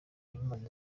imana